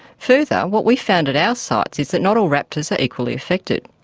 further, what we found at our sites is that not all raptors are equally affected.